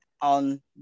On